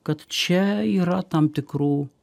kad čia yra tam tikrų